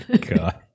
God